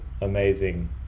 amazing